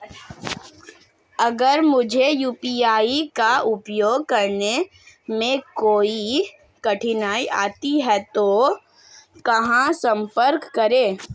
अगर मुझे यू.पी.आई का उपयोग करने में कोई कठिनाई आती है तो कहां संपर्क करें?